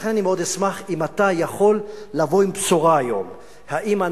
לכן אני אשמח מאוד אם אתה יכול לבוא היום עם בשורה,